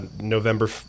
November